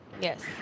Yes